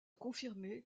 confirmé